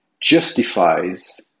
justifies